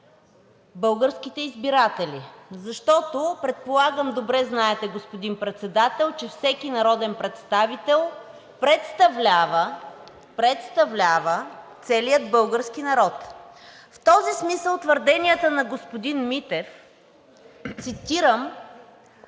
българските избиратели. Защото, предполагам добре знаете, господин Председател, че всеки народен представител представлява целия български народ. В този смисъл твърденията на господин Митев, цитирам: